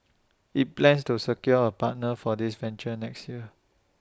IT plans to secure A partner for this venture next year